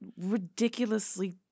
ridiculously